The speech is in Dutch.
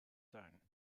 tuin